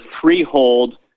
freehold